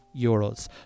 euros